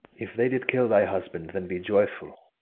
if they did kill thy husband, then be joyful,